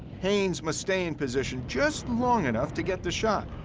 haynes must stay in position just long enough to get the shot.